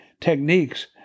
techniques